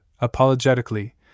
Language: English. apologetically